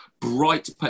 bright